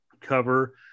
cover